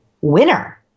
winner